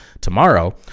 tomorrow